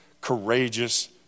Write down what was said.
courageous